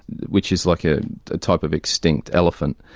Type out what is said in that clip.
which is like ah a type of extinct elephant,